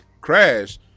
crash